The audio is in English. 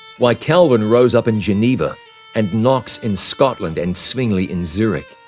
why calvin rose up in geneva and knox in scotland and zwingli in zurich.